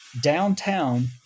downtown